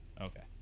Okay